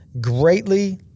greatly